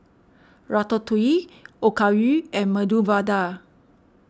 Ratatouille Okayu and Medu Vada